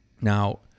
Now